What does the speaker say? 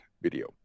video